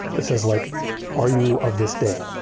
this is like are you of this day?